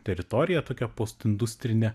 teritorija tokia postindustrinė